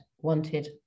wanted